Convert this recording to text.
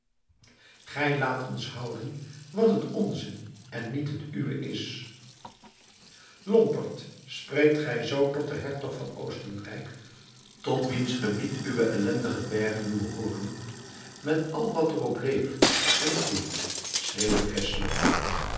gij laat ons houden wat het onze en niet het uwe is lomperd spreekt gij zoo tot den hertog van oostenrijk tot wiens gebied uwe ellendige bergen behooren met al wat er op leeft en groeit schreeuwde